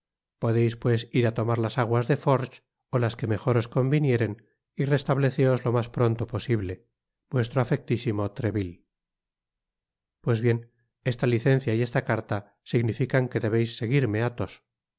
podeis pues ir á tomar las aguas de forges ó lasque mejor os convinieren y restableceos lo mas pronto posible vuestro afectísimo treville viui pues bien esta licencia y esta carta significan que debeis seguirme athos